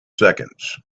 seconds